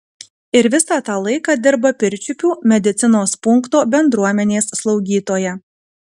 ir visą tą laiką dirba pirčiupių medicinos punkto bendruomenės slaugytoja